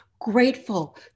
grateful